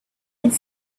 had